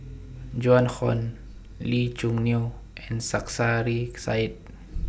Joan Hon Lee Choo Neo and Sarkasi Said